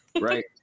Right